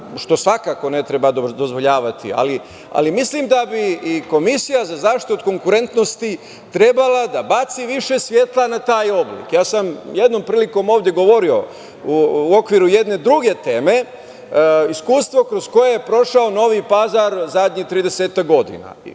što svakako ne treba dozvoljavati, ali mislim da bi i Komisija za zaštitu od konkurentnosti trebala da baci više svetla na taj oblik. Ja sam jednom prilikom ovde govorio, u okviru jedne druge teme, iskustvo kroz koje je prošao Novi Pazar poslednjih 30-ak godina,